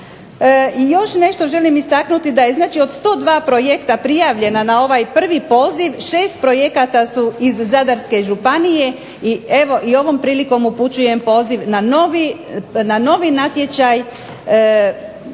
Još nešto želim istaknuti da je od 102 projekta prijavljena na ovaj prvi poziv 6 projekata su iz Zadarske županije i ovom prilikom upućujem poziv na novi natječaj